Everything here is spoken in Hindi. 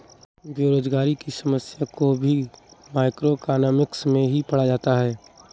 बेरोजगारी की समस्या को भी मैक्रोइकॉनॉमिक्स में ही पढ़ा जाता है